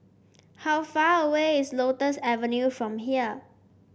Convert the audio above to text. how far away is Lotus Avenue from here